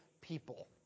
people